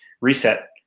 reset